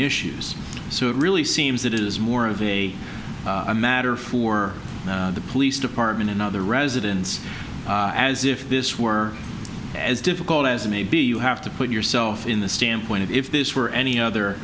issues so it really seems that it is more of a a matter for the police department and other residents as if this were as difficult as it may be you have to put yourself in the standpoint of if this were any other